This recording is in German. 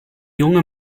junge